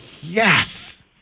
Yes